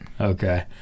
Okay